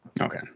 Okay